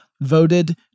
voted